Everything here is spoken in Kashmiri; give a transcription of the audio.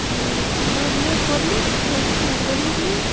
مےٚ حظ پوٚرمُت گریجویشن حظ کرمژ مےٚ